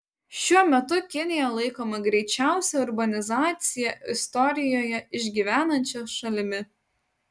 šiuo metu kinija laikoma greičiausią urbanizaciją istorijoje išgyvenančia šalimi